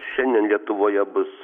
šiandien lietuvoje bus